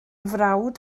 frawd